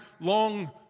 long